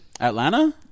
Atlanta